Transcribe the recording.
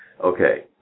Okay